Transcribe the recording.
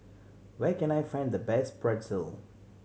where can I find the best Pretzel